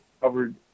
Covered